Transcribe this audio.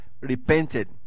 repented